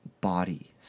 body